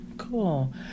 Cool